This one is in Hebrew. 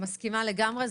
מסכימה איתך לגמרי.